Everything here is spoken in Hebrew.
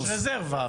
יש רזרבה.